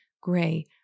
gray